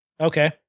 Okay